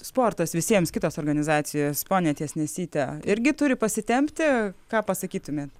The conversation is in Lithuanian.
sportas visiems kitos organizacijos ponia tiesnesytė irgi turi pasitempti ką pasakytumėt